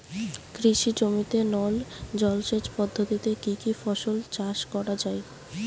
কৃষি জমিতে নল জলসেচ পদ্ধতিতে কী কী ফসল চাষ করা য়ায়?